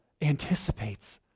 anticipates